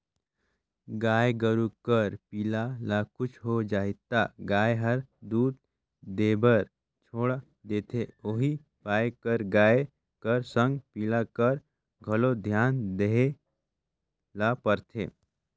गाय गोरु कर पिला ल कुछु हो जाही त गाय हर दूद देबर छोड़ा देथे उहीं पाय कर गाय कर संग पिला कर घलोक धियान देय ल परथे